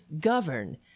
govern